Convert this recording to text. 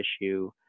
issue